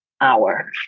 hour